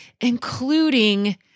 including